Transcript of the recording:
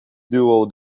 duo